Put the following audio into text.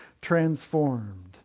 transformed